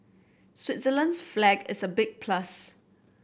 Switzerland's flag is a big plus